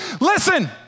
listen